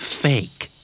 fake